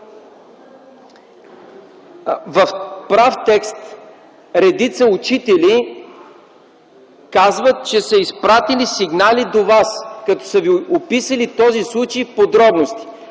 в прав текст редица учители казват, че са изпратили сигнали до Вас, като са Ви описали този случай в подробности.